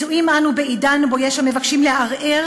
מצויים אנו בעידן שבו יש המבקשים לערער